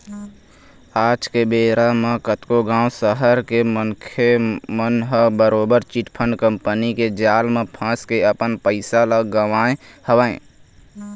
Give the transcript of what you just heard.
आज के बेरा म कतको गाँव, सहर के मनखे मन ह बरोबर चिटफंड कंपनी के जाल म फंस के अपन पइसा ल गवाए हवय